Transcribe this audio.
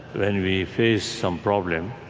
when we face some problem,